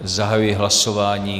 Zahajuji hlasování.